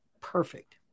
perfect